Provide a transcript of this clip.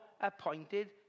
appointed